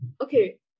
Okay